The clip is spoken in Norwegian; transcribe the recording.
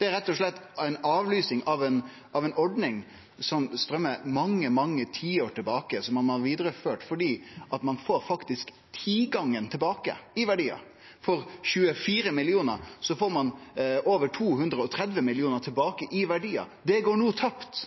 Det er rett og slett ei avlysing av ei ordning som går mange, mange tiår tilbake, og som ein har vidareført fordi ein faktisk får tigangen tilbake i verdiar. For 24 mill. kr får ein over 230 mill. kr tilbake i verdiar. Dette går no tapt.